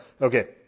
okay